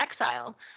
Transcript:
exile